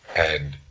and,